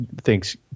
thinks